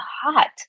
hot